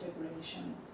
integration